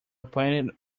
pointed